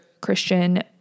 Christian